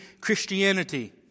Christianity